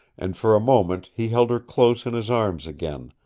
and for a moment he held her close in his arms again,